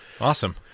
Awesome